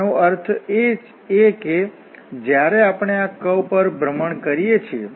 તેનો અર્થ એ કે જ્યારે આપણે આ કર્વ પર ભ્રમણ કરીએ છીએ